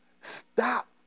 Stop